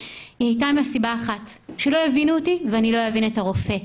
הייתה מסיבה אחת: שלא יבינו אותי ואני לא אבין את הרופא.